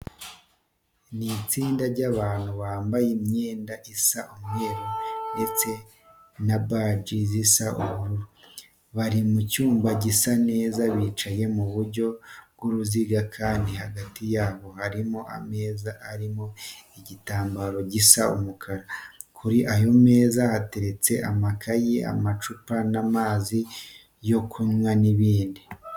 Ni itsinda ry'abantu bambaye imyenda isa umweru ndetse na baji zisa ubururu, bari mu cyumba gisa neza. Bicaye mu buryo bw'uruziga kandi hagati yabo harimo ameza ariho igitambaro gisa umukara, kuri ayo meza hateretseho amakayi, amacupa y'amazi yo kunywa n'ibindi.